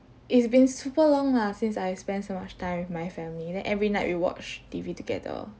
it's been super long lah since I spend so much time with my family then every night we watch T_V together